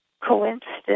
coincidence